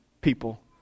people